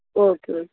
okay okay